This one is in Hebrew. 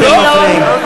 כרגע מפריעים להצבעה.